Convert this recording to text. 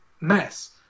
mess